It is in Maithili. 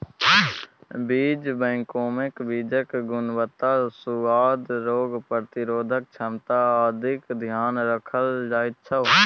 बीज बैंकमे बीजक गुणवत्ता, सुआद, रोग प्रतिरोधक क्षमता आदिक ध्यान राखल जाइत छै